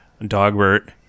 Dogbert